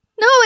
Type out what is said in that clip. No